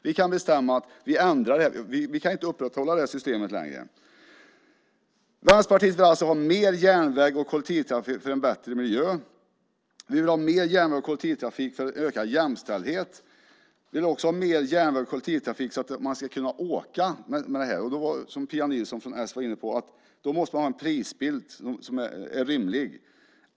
Vi kan bestämma och säga att vi inte längre kan upprätthålla nuvarande system. Vänsterpartiet vill alltså ha mer järnväg och kollektivtrafik till förmån för en bättre miljö. Vi vill ha mer järnväg och kollektivtrafik till förmån för en ökad jämställdhet. Vi vill också ha mer järnväg och kollektivtrafik så att man kan åka med dessa färdmedel. Då måste man - som Pia Nilsson, s var inne på - ha en rimlig prisbild.